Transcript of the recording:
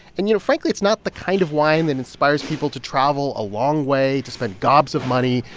and, you know, frankly, it's not the kind of wine that inspires people to travel a long way to spend gobs of money,